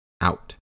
Out